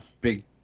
big